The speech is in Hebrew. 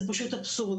זה פשוט אבסורד,